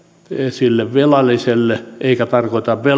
sille velalliselle eikä tarkoita